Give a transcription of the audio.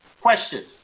Question